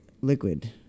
liquid